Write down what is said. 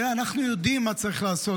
תראה, אנחנו יודעים מה צריך לעשות.